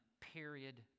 period